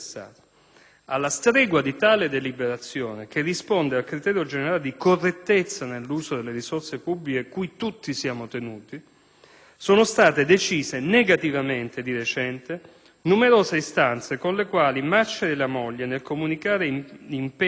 Alla stregua di tale deliberazione, che risponde al criterio generale di correttezza nell'uso delle risorse pubbliche, cui tutti siamo tenuti, sono state decise negativamente di recente numerose istanze con le quali il Masciari e la moglie nel comunicare impegni